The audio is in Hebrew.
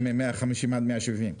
שזה מ-150,000 עד 170,000?